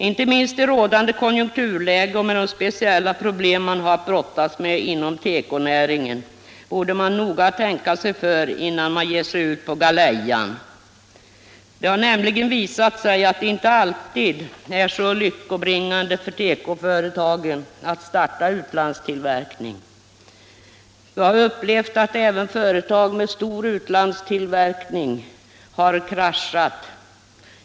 Inte minst i rådande konjunkturläge och med de speciella problem tekonäringen har att brottas med borde man noga tänka sig för innan man ger sig ut på galejan. Det har nämligen visat sig att det inte alltid är så särskilt lyckobringande för tekoföretag att starta utlandstillverkning.